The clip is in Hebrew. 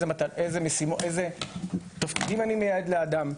איזה תפקידים אני מייעד לאדם,